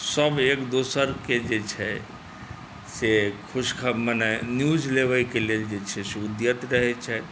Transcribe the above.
सब एकदोसरके जे छै से खुशखब मने न्यूज लेबाके लेल जे छै से उद्यत रहै छथि